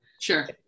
Sure